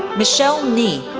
michelle ni,